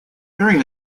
during